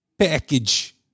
Package